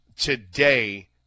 today